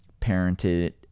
parented